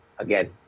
again